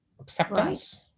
acceptance